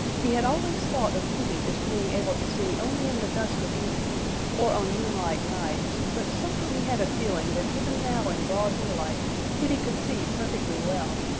he had always thought of hooty as being able to see only in the dusk of evening or on moonlight nights, but somehow he had a feeling that even now in broad daylight hooty could see perfectly well,